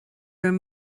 raibh